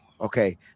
okay